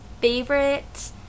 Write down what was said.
favorite